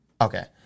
okay